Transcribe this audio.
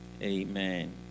Amen